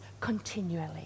continually